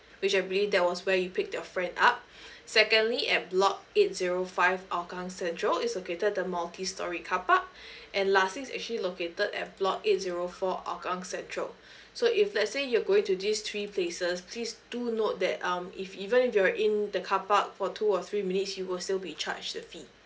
which every I believe that was where you pick your friend up secondly at block eight zero five hougang central it's located at the multi storey carpark and lastly is actually located at block eight zero four hougang central so if let's say you're going to these three places please do note that um if even if you're in the carpark for two or three minutes you will still be charged a fee